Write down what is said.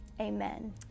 Amen